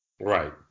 Right